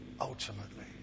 ultimately